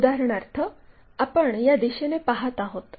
उदाहरणार्थ आपण या दिशेने पाहत आहोत